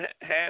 half